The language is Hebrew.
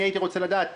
הייתי רוצה לדעת,